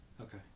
Okay